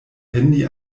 handy